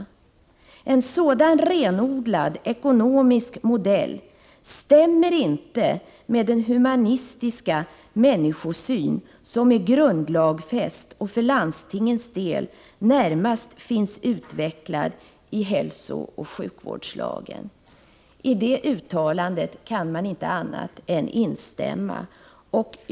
En sådan renodlad ekonomisk modell stämmer inte med den humanistiska människosyn som är grundlagfäst och för landstingens del närmast finns utvecklad i hälsooch sjukvårdslagen.” I det uttalandet kan man inte annat än instämma.